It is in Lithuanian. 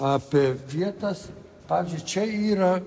apie vietas pavyzdžiui čia yra